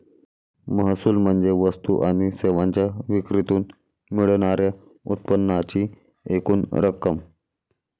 महसूल म्हणजे वस्तू आणि सेवांच्या विक्रीतून मिळणार्या उत्पन्नाची एकूण रक्कम